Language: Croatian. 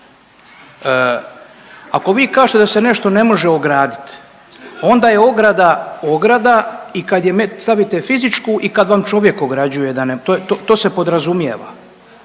Ako vi kažete da se nešto ne može ograditi onda je ograda ograda i kad je stavite fizičku i kad vam čovjek ograđuje da ne, to se podrazumijeva.